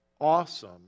Awesome